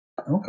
Okay